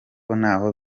ntaho